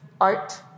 art